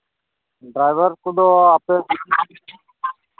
driver ᱠᱚᱫᱚ ᱟᱯᱮ